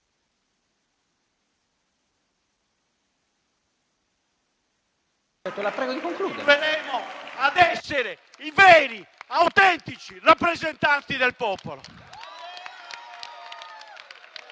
ad essere i veri e autentici rappresentanti del popolo!